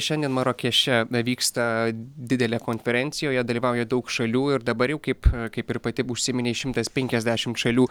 šiandien marakeše vyksta didelė konferencija joje dalyvauja daug šalių ir dabar jau kaip kaip ir pati užsiminei šimtas penkiasdešimt šalių